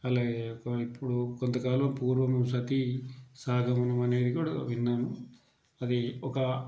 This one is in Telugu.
అలాగే ఇప్పుడు పూర్వం సతీసహగమనం అనేది కూడా విన్నాం అది ఒక